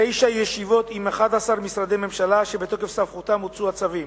תשע ישיבות עם 11 משרדי הממשלה שבתוקף סמכותם הוצאו הצווים.